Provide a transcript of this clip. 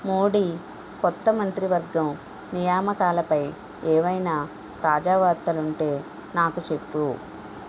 మోడి కొత్త మంత్రివర్గం నియామకాలపై ఏవైనా తాజా వార్తలుంటే నాకు చెప్పు